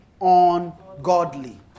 ungodly